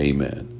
Amen